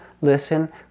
listen